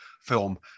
film